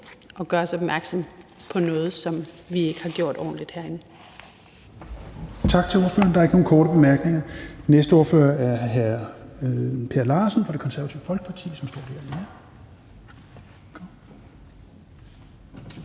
at gøre os opmærksom på noget, som vi herinde ikke har gjort ordentligt.